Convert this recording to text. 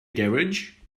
garage